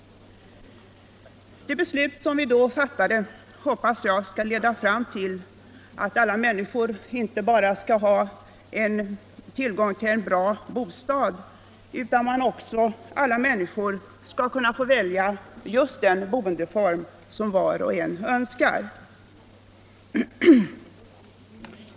Det beslut som vi då fattade hoppas jag skall leda fram till att alla människor inte bara skall ha tillgång till en bra bostad utan också skall få möjlighet att välja just den boendeform som de önskar.